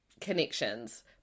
connections